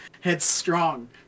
Headstrong